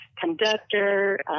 conductor